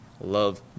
love